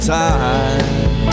time